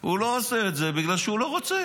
הוא לא עושה את זה בגלל שהוא לא רוצה.